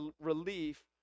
relief